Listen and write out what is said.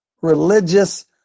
religious